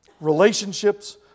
Relationships